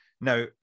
Now